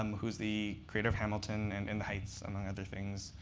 um who is the creator of hamilton and in the heights, among other things.